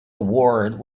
award